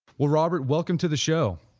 well, robert welcome to the show